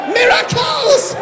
miracles